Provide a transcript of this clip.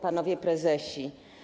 Panowie Prezesi!